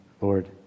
Lord